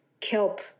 kelp